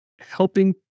helping